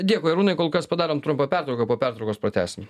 dėkui arūnai kol kas padarom trumpą pertrauką po pertraukos pratęsim